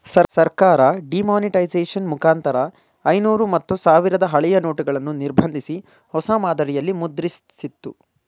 ಸರ್ಕಾರ ಡಿಮಾನಿಟೈಸೇಷನ್ ಮುಖಾಂತರ ಐನೂರು ಮತ್ತು ಸಾವಿರದ ಹಳೆಯ ನೋಟುಗಳನ್ನು ನಿರ್ಬಂಧಿಸಿ, ಹೊಸ ಮಾದರಿಯಲ್ಲಿ ಮುದ್ರಿಸಿತ್ತು